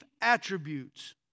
attributes